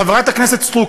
חברת הכנסת סטרוק,